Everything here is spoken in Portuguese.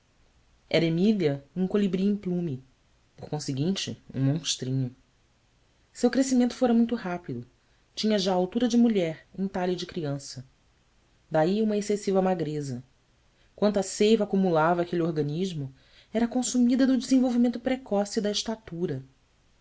era emília um colibri implume por conseguinte um monstrinho seu crescimento fora muito rápido tinha já altura de mulher em talhe de criança daí uma excessiva magreza quanta seiva acumulava aquele organismo era consumida no desenvolvimento precoce da estatura